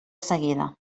seguida